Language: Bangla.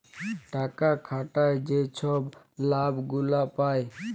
টাকা খাটায় যে ছব লাভ গুলা পায়